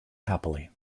happily